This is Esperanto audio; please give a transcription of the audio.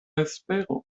espero